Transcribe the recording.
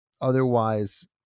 Otherwise